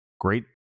great